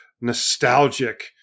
nostalgic